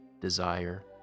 desire